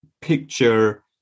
picture